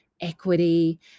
equity